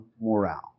morale